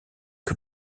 que